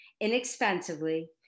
inexpensively